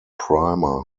primer